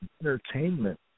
entertainment